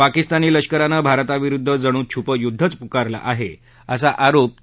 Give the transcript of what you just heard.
पाकिस्तानी लष्करानं भारताविरुद्ध जणू छुपं युद्धच पुकारलं आहा असा आरोप त्यांनी कळी